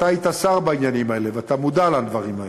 אתה היית שר בעניינים האלה ואתה מודע לדברים האלה.